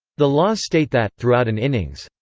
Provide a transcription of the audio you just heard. the laws state that, throughout an innings,